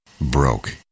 broke